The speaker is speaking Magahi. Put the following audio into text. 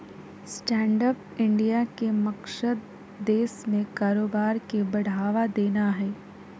स्टैंडअप इंडिया के मकसद देश में कारोबार के बढ़ावा देना हइ